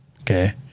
Okay